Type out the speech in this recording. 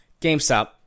GameStop